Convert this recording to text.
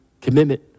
commitment